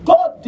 God